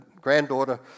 granddaughter